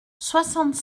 soixante